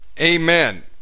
Amen